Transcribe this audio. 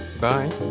Bye